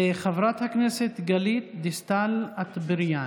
חברת הכנסת גלית דיסטל אטבריאן.